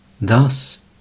Thus